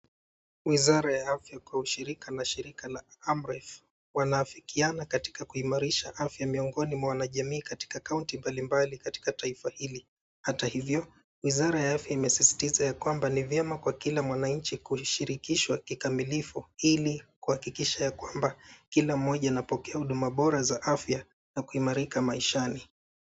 Wizara ya afya kwa ushirika na Shirika la Amref wanaafikiana katika kuimarisha afya miongoni mwa wanajamii katika kaunti mbalimbali katika taifa hili. Hata hivyo, Wizara ya Afya imesisitiza ya kwamba ni vyema kwa kila mwanachi kuishirikishwa kikamilifu ili kuhakikisha ya kwamba kila mmoja anapokea huduma bora za afya na kuimarika maishani.